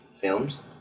films